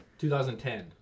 2010